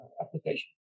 application